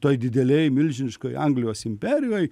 toj didelėj milžiniškoj anglijos imperijoj